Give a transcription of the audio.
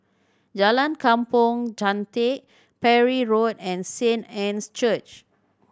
Jalan Kampong Chantek Parry Road and Saint Anne's Church